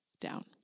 down